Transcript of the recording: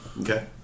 Okay